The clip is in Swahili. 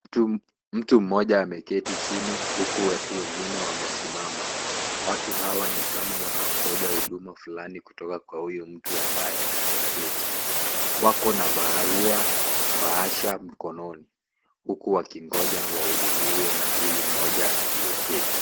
Mtu mmoja ameketi chini huku watu wengine wamesimama. Watu awa nikama wanangoja huduma fulani kutoka kwa huyo mtu ambaye ameketi. Wako na barua, bahasha mkononi huku wakingoja wahudumiwe na huyu mmoja aliyeketi.